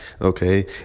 okay